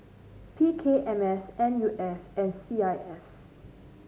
P K M S N U S and C I S